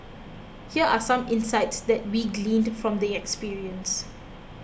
here are some insights that we gleaned from the experience